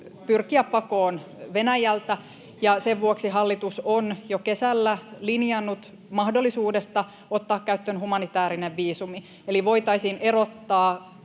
pyrkiä pakoon Venäjältä, ja sen vuoksi hallitus on jo kesällä linjannut mahdollisuudesta ottaa käyttöön humanitaarinen viisumi. Eli voitaisiin erottaa